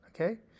okay